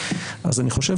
אז אני חושב